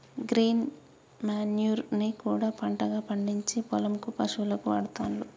green manure ని కూడా పంటగా పండిచ్చి పొలం కు పశువులకు వాడుతాండ్లు